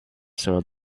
soiled